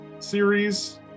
Series